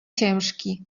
ciężki